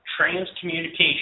transcommunication